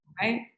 Right